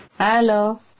Hello